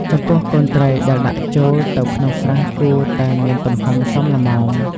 ចំពោះកូនត្រីដែលដាក់ចូលទៅក្នុងស្រះគួរតែមានទំហំសមល្មម។